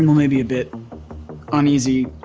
maybe a bit uneasy,